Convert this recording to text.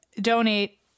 donate